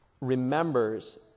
remembers